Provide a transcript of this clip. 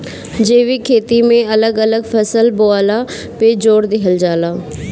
जैविक खेती में अलग अलग फसल बोअला पे जोर देहल जाला